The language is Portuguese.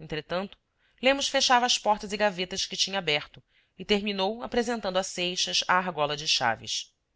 entretanto lemos fechava as portas e gavetas que tinha aberto e terminou apresentando a seixas a argola de chaves